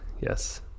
yes